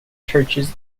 churches